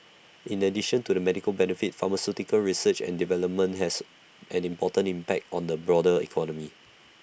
in addition to the medical benefit pharmaceutical research and development has an important impact on the broader economy